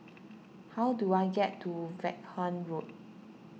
how do I get to Vaughan Road